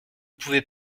pouvez